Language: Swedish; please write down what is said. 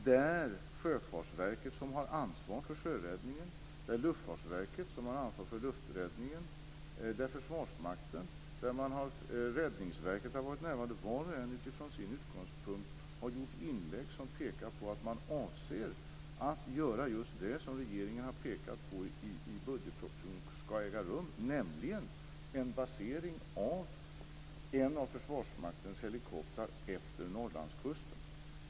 Där har Sjöfartsverket, som har ansvar för sjöräddningen, där har Luftfartsverket, som har ansvar för lufträddningen, där har Försvarsmakten och Räddningsverket varit närvarande. Var och en har utifrån sin utgångspunkt gjort inlägg som pekar på att man avser att göra just det som regeringen pekat på i budgetpropositionen, nämligen en basering av en av Försvarsmaktens helikoptrar efter Norrlandskusten.